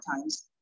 times